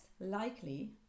likely